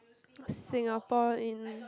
Singapore in